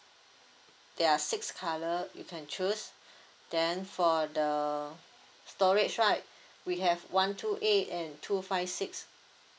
ya six colour you can choose then for the storage right we have one two eight and two five six